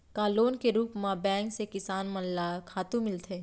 का लोन के रूप मा बैंक से किसान मन ला खातू मिलथे?